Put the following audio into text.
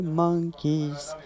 monkeys